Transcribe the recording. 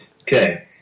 Okay